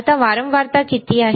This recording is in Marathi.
आता वारंवारता किती आहे